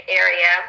area